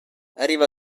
arriva